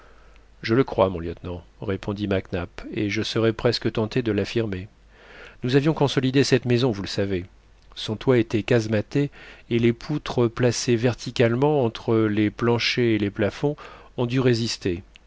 je le crois mon lieutenant répondit mac nap et je serais presque tenté de l'affirmer nous avions consolidé cette maison vous le savez son toit était casematé et les poutres placées verticalement entre les planchers et les plafonds ont dû résister